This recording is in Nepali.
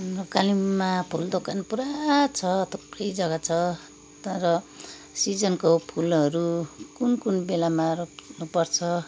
कालिम्पोङमा फुल दोकान पुरा छ थुप्रै जग्गा छ तर सिजनको फुलहरू कुन कुन बेलामा रोप्नुपर्छ